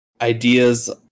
ideas